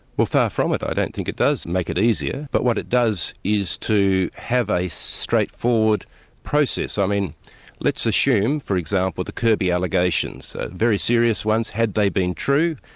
well far from it. i don't think it does make it easier, but what it does is to have a straightforward process. i mean let's assume, for example, the kirby allegations, very serious ones had they been true,